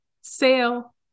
sale